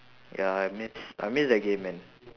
ya I miss I miss that game man